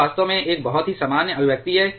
यह वास्तव में एक बहुत ही सामान्य अभिव्यक्ति है